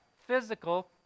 Physical